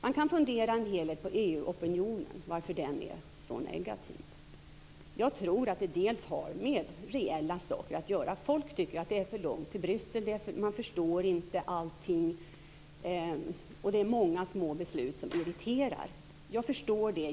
Man kan fundera en hel del på varför EU opinionen är så negativ. Jag tror att det har med reella saker att göra. Folk tycker att det är för långt till Bryssel. Det är mycket som man inte förstår och det är många små beslut som irriterar. Det förstår jag.